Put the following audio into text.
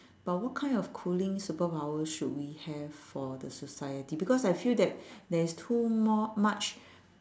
but what kind of cooling superpower should we have for the society because I feel that there is too more much